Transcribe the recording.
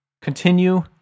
Continue